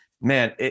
Man